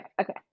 Okay